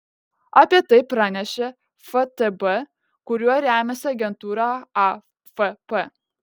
apie tai pranešė ftb kuriuo remiasi agentūra afp